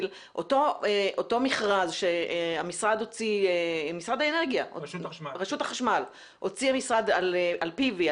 באותו מכרז שרשות החשמל הוציאה על פי.וי.,